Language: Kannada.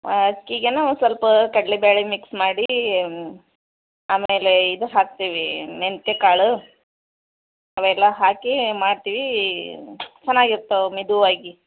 ಹಾಂ ಅಕ್ಕಿಗೇನು ಒಂದು ಸ್ವಲ್ಪ ಕಡಲೆಬೇಳೆ ಮಿಕ್ಸ್ ಮಾಡಿ ಆಮೇಲೆ ಇದು ಹಾಕ್ತೀವಿ ಮೆಂತ್ಯೆಕಾಳು ಅವೆಲ್ಲ ಹಾಕಿ ಮಾಡ್ತೀವಿ ಚೆನ್ನಾಗಿ ಇರ್ತವೆ ಮೆದು ಆಗಿ